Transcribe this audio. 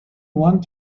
want